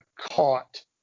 caught